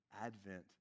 Advent